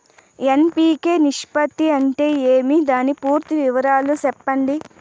NPK నిష్పత్తి అంటే ఏమి దాని పూర్తి వివరాలు సెప్పండి?